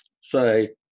say